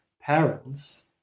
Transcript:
parents